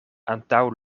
antaŭ